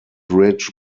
ridge